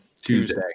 Tuesday